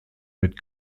mit